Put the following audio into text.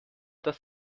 das